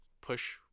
push